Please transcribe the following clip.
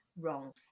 wrong